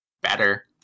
better